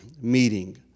meeting